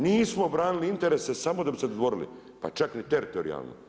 Nismo branili interese samo da bi se dvorili, pa čak ni teritorijalno.